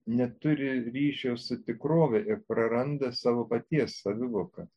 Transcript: neturi ryšio su tikrove ir praranda savo paties savivoką